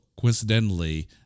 coincidentally